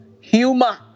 humor